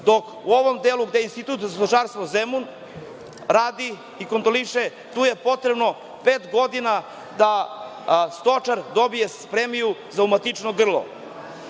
dok u ovom delu gde je Institut za stočarstvo Zemun radi i kontroliše, tu je potrebno pet godina da stočar dobije premiju za umatičeno grlo.